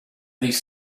these